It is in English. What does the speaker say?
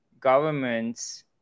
governments